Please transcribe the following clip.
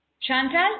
Chantal